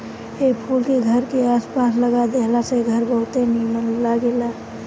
ए फूल के घर के आस पास लगा देला से घर बहुते निमन लागेला